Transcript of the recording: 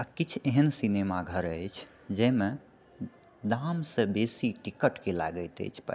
आ किछु एहन सिनेमा घर अछि जाहिमे दामसँ बेसी टिकटके लागैत अछि पाइ